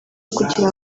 kugira